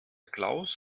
klaus